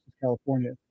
California